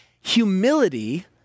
humility